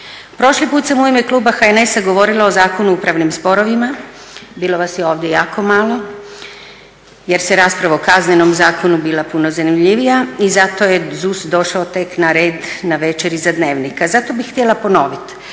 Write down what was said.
Prošli put sam u ime kluba HNS-a govorila o Zakonu o upravnim sporovima. Bilo vas je ovdje jako malo, jer se rasprava o kaznenom zakonu bila puno zanimljivija i zato je ZUS došao tek na red navečer iza Dnevnika. Zato bih htjela ponoviti.